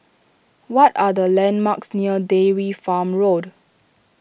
what are the landmarks near Dairy Farm Road